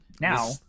Now